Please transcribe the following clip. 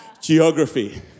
Geography